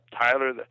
Tyler